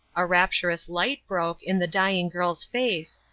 a rapturous light broke in the dying girl's face,